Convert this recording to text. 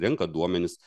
renka duomenis